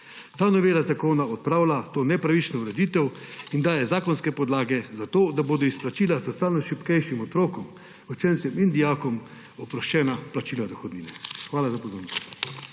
Ta novela zakona odpravlja to nepravično ureditev in daje zakonske podlage za to, da bodo izplačila socialno šibkejšim otrokom, učencem in dijakom oproščena plačila dohodnine. Hvala za pozornost.